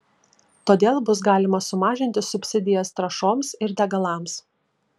todėl bus galima sumažinti subsidijas trąšoms ir degalams